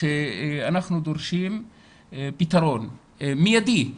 שאנחנו דורשים פתרון מיידי,